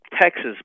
Texas